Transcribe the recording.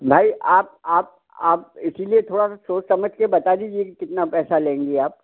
नहीं आप आप आप इसीलिए थोड़ा सा सोच समझ कर बता दीजिए कि कितना पैसा लेंगी आप